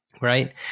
right